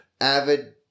avid